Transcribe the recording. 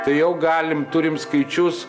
tai jau galim turim skaičius